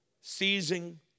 seizing